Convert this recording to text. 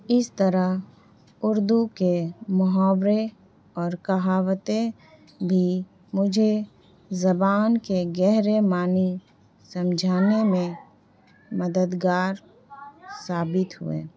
اس طرح اردو کے محاورے اور کہاوتیں بھی مجھے زبان کے گہرے مانی سمجھانے میں مددگار ثابت ہوئے